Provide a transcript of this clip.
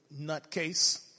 nutcase